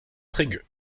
trégueux